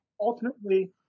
Ultimately